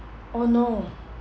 oh no